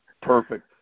Perfect